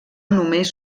només